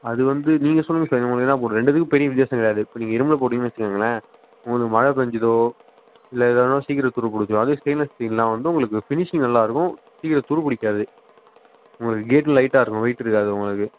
அது வந்து நீங்கள் சொல்லுங்கள் சார் உங்களுக்கு என்ன போடணும் ரெண்டுத்துக்கும் பெரிய வித்தியாசம் கிடையாது இப்போ நீங்கள் இரும்பில் போட்டிங்கன்னு வச்சுக்கோங்களேன் ஒரு மழை பெஞ்சிதோ இல்லை எதானால் சீக்கிரம் துரு பிடிச்சிடும் அதே ஸ்டெயின்லெஸ் ஸ்டீல்னால் வந்து உங்களுக்கு ஃபினிஷிங் நல்லா இருக்கும் சீக்கிரம் துரு பிடிக்காது உங்களுக்குக் கேட் லைட்டாக இருக்கும் வெயிட்டு இருக்காது உங்களுக்கு